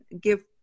give